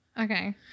Okay